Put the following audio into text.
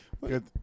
Good